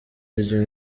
rya